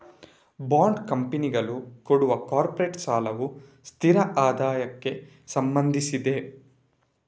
bond ಕಂಪನಿಗಳು ಕೊಡುವ corporate ಸಾಲವು ಸ್ಥಿರ ಆದಾಯಕ್ಕೆ ಸಂಬಂಧಿಸಿದೆ